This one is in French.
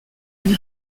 une